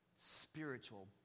spiritual